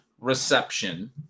reception